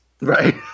Right